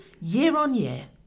year-on-year